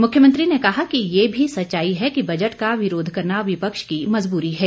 मुख्यमंत्री ने कहा कि ये भी सच्चाई है कि बजट का विरोध करना विपक्ष की मजबूरी है